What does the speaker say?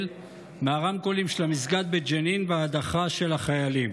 מהרמקולים של המסגד בג'נין וההדחה של החיילים.